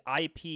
IP